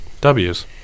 Ws